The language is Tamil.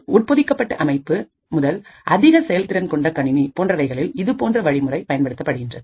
உட்பொதிக்கப்பட்ட அமைப்பு முதல் அதிக செயல்திறன் கொண்ட கணினி போன்றவைகளில் இதுபோன்ற வழிமுறை பயன்படுத்தப்படுகின்றது